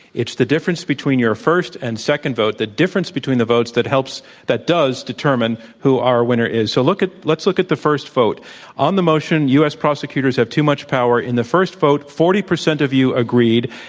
it's the difference between your first and second vote, the difference between the votes, that helps that does determine who our winner is. so look at let's look at the first vote on the motion u. s. prosecutors have too much power. in the first vote, forty percent of you agreed,